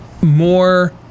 more